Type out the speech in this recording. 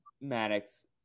Maddox